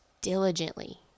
diligently